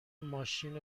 ماشین